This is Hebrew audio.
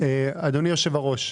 תודה, אדוני היושב-ראש,